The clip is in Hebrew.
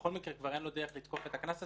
בכל מקרה כבר אין לו דרך לתקוף את הקנס הזה,